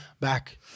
back